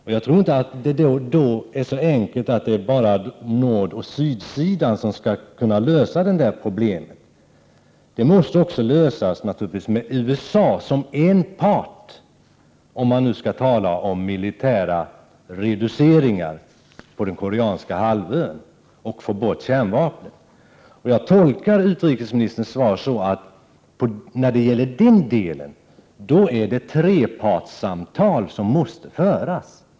Det är inte så enkelt att nordoch sydsidan kan lösa problemet. Det måste också lösas tillsammans med USA, om man nu skall tala om militära reduceringar på den koreanska halvön och få bort kärnvapnen. Jag tolkar utrikesministerns svar när det gäller den delen så att det är ett samtal mellan tre parter som måste föras.